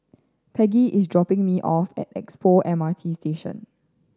Peggie is dropping me off at Expo M R T Station